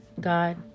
God